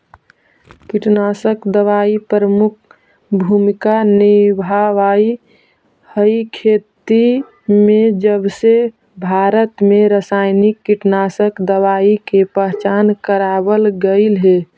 कीटनाशक दवाई प्रमुख भूमिका निभावाईत हई खेती में जबसे भारत में रसायनिक कीटनाशक दवाई के पहचान करावल गयल हे